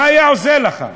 מה היה עושה לך?